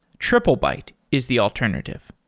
triplebyte is the alternative.